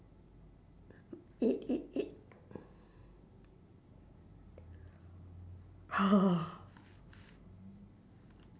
eat eat eat !whoa!